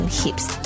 hips